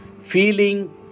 feeling